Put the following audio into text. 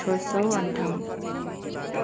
छ सय अन्ठाउन्न